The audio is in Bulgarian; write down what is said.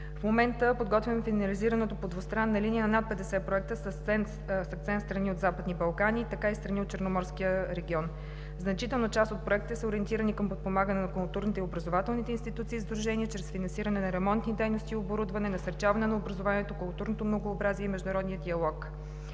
В момента подготвяме финализирането по двустранна линия на над 50 проекта с акцент страни от Западни Балкани, така и страни от Черноморския регион. Значителна част от проектите са ориентирани към подпомагане на културните и образователните институти и сдружения чрез финансиране на ремонтни дейности и оборудване, насърчаване на образованието, културното многообразие и международния диалог.